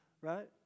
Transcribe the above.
right